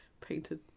painted